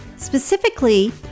Specifically